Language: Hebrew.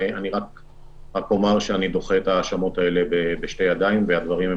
אני דוחה את ההאשמות בשתי ידיים והדברים הם